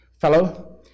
fellow